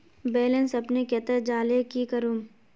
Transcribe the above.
Balance अपने कते जाले की करूम?